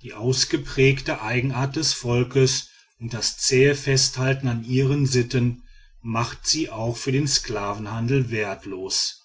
die ausgeprägte eigenart des volkes und das zähe festhalten an ihren sitten macht sie auch für den sklavenhandel wertlos